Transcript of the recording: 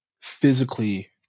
physically